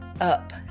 up